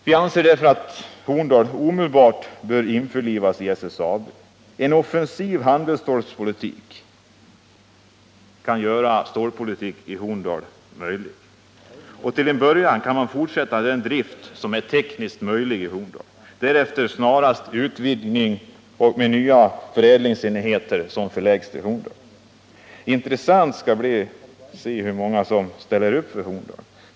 Vi anser därför att Horndal omedelbart bör införlivas i SSAB. En offensiv handelsstålpolitik kan göra stålproduktion i Horndal möjlig. Till en början kan man fortsätta den drift som är tekniskt möjlig i Horndal och därefter snarast utvidga med nya förädlingsenheter som förläggs till Horndal. Det skall bli intressant att se hur många som ställer upp för Horndal.